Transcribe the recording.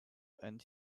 and